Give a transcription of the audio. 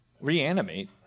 Reanimate